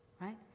right